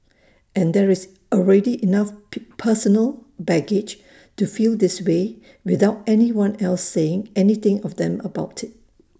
and there is already enough personal baggage to feel this way without anyone else saying anything to them about IT